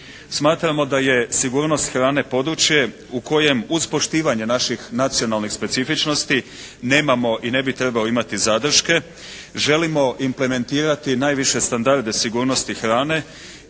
Smatramo da je sigurnost hrane područje u kojem uz poštivanje naših nacionalnih specifičnosti nemamo i ne bi trebao imati zadrške želimo implementirati najviše standarde sigurnosti hrane